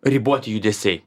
riboti judesiai